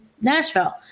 Nashville